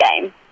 game